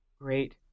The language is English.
great